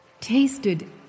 tasted